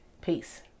Peace